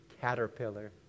caterpillar